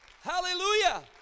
Hallelujah